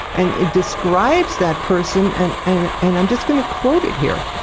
and it describes that person, and and and i'm just going to quote it here,